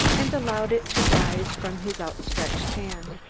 and allowed it to rise from his out-stretched hand.